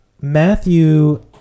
Matthew